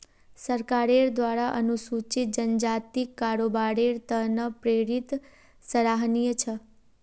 सरकारेर द्वारा अनुसूचित जनजातिक कारोबारेर त न प्रेरित सराहनीय छ